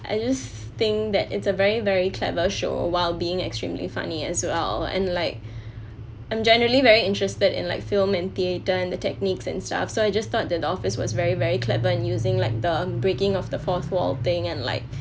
I just think that it's a very very clever show while being extremely funny as well and like I'm generally very interested in like film and theater and the techniques and stuff so I just thought that office was very very clever and using like the breaking of the fourth wall thing and like